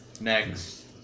Next